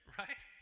right